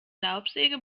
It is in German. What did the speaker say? laubsäge